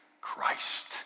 Christ